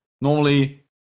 Normally